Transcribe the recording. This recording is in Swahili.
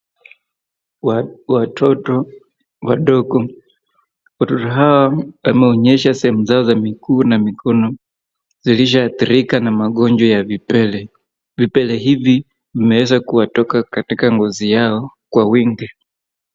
Watoto wadogo. Watoto hawa wameonyesha sehemu zao za miguu na mikono zilizoadhirika na magonjwa ya vipele. Vipele hivi imeeza kuwatoka katika ngozi yao kwa wingi.